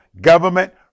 government